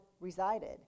resided